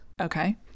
Okay